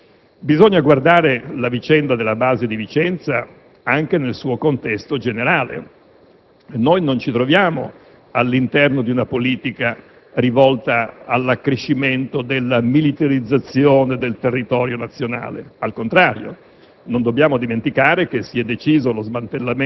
che si sono pronunciate nella forma e anche nella sostanza. Ci si potrebbe semmai stupire perché, per una volta, in questa circostanza non è valsa la logica NIMN; *not in my neighbours*, non nei dintorni di casa mia. Le istituzioni si sono pronunciate secondo una logica diversa.